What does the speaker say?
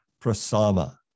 prasama